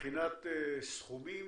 מבחינת סכומים,